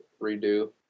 redo